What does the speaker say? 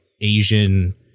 Asian